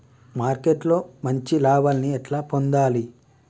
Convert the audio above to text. Marketing లో మంచి లాభాల్ని ఎట్లా పొందాలి?